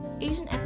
Asian